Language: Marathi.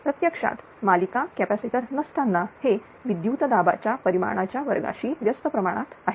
प्रत्यक्षात मालिका कॅपॅसिटर नसतांना हे विद्युत दाबाच्या परिमाणाच्या वर्गाशी व्यस्त प्रमाणात आहे